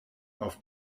auf